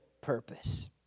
purpose